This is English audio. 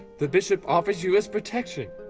the bishop offers you his protection.